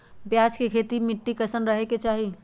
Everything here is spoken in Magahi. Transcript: प्याज के खेती मे मिट्टी कैसन रहे के चाही?